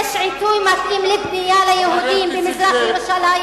האם יש עיתוי מתאים לבנייה ליהודים במזרח-ירושלים?